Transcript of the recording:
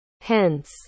Hence